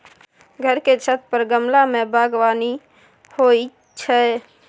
घर के छत पर गमला मे बगबानी होइ छै